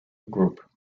group